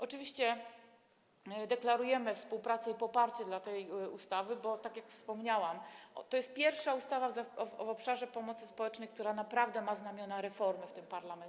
Oczywiście deklarujemy współpracę i poparcie dla tej ustawy, bo tak jak wspomniałam, to jest pierwsza ustawa w obszarze pomocy społecznej, która naprawdę ma znamiona reformy w tym parlamencie.